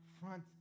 front